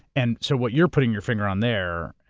and so what you're putting your finger on there,